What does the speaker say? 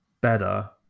better